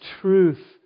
truth